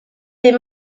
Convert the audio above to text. des